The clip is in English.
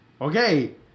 Okay